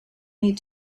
need